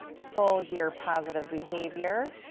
full year positive behavior,